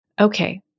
Okay